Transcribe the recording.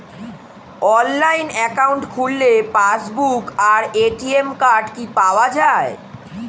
Online account খুললে passbook আর ATM card কি পাওয়া যায়?